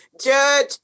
Judge